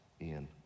Ian